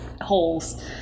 holes